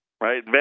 right